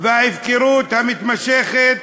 וההפקרה המתמשכת